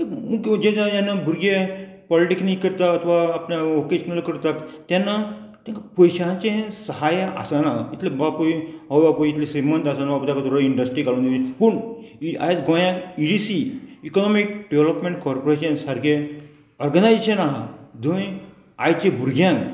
जेन्ना भुरगे पॉलिटेक्नीक करता अथवा आपल्या वोकेशनल करता तेन्ना तेका पयशांचे सहाय आसना इतले बापूय आवय बापूय इतले श्रिमंत आसना इंडस्ट्री काडून दी पूण ही आयज गोंयांत E D C economic development corporation सारके ऑर्गनायजेशन आहा जंय आयच्या भुरग्यांक